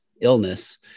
illness